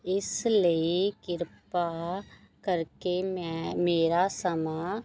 ਇਸ ਲਈ ਕਿਰਪਾ ਕਰਕੇ ਮੈਂ ਮੇਰਾ ਸਮਾਂ